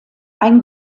ein